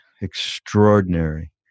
extraordinary